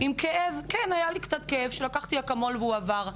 היה לי קצת כאב שלקחתי אקמול והוא עבר.